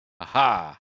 Aha